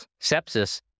Sepsis